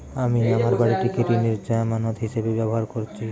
আমি আমার বাড়িটিকে ঋণের জামানত হিসাবে ব্যবহার করেছি